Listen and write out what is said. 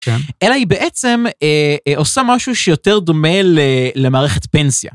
אלא היא בעצם עושה משהו שיותר דומה למערכת פנסיה.